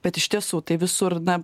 bet iš tiesų tai visur na